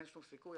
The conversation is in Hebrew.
אין שום סיכוי,